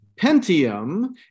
Pentium